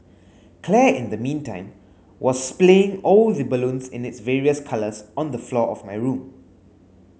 Claire in the meantime was splaying all the balloons in its various colours on the floor of my room